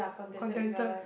contented